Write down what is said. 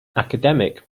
academic